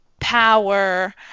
power